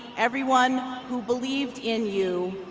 everyone who believed in you.